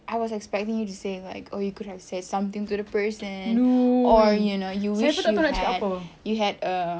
I was expecting you to say like oh you could have say something to the person or you know you wish you had you had a